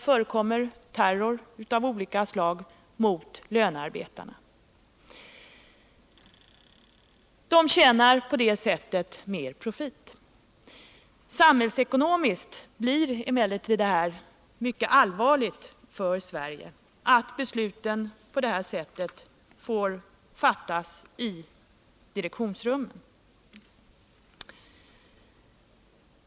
förekommer terror av olika slag mot lönearbetarna. Företagens profit blir därmed större. Samhällsekonomiskt blir det emellertid mycket allvarligt för Sverige att besluten på detta sätt får fattas i direktionsrummen.